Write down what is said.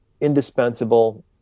indispensable